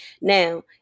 Now